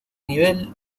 nivel